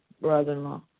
brother-in-law